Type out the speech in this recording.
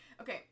Okay